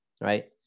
right